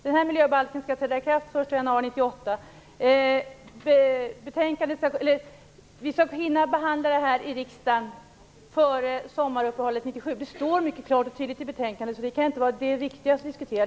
Den här miljöbalken skall träda i kraft den 1 januari 1998. Vi skall hinna behandla ärendet i riksdagen före sommaruppehållet 1997. Det står mycket klart och tydligt i betänkandet, så det kan inte vara det viktigaste att diskutera.